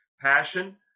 Passion